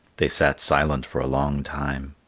they sat silent for a long time.